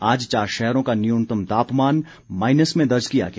आज चार शहरों का न्यूनतम तापमान माइनस में दर्ज किया गया